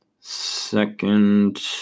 second